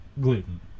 gluten